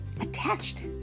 attached